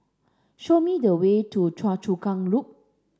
show me the way to Choa Chu Kang Loop